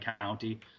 county